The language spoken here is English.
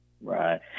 Right